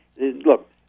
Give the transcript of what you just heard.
Look